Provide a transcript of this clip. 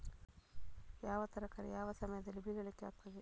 ಯಾವ ತರಕಾರಿ ಯಾವ ಸಮಯದಲ್ಲಿ ಬೆಳಿಲಿಕ್ಕೆ ಆಗ್ತದೆ?